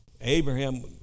Abraham